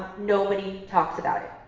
nobody talks about it.